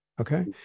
okay